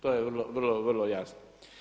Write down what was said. To je vrlo jasno.